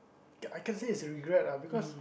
I can say it's a regret lah because